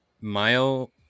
Mile